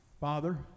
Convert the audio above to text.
Father